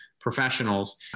professionals